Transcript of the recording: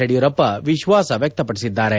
ಯಡಿಯೂರಪ್ಪ ವಿಶ್ವಾಸ ವ್ಯಕ್ತಪಡಿಸಿದ್ದಾರೆ